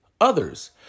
others